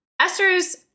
Esther's